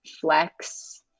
flex